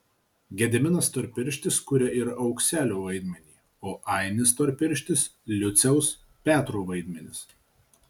gediminas storpirštis kuria ir aukselio vaidmenį o ainis storpirštis liuciaus petro vaidmenis